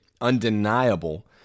undeniable